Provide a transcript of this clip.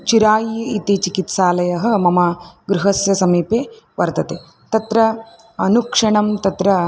चिरायि इति चिकित्सालयः मम गृहस्य समीपे वर्तते तत्र अनुक्षणं तत्र